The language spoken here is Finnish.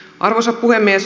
arvoisa puhemies